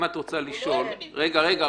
אם את רוצה לשאול ----- רגע רבותי,